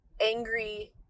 angry